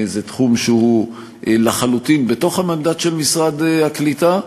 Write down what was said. זה תחום שהוא לחלוטין בתוך המנדט של משרד הקליטה,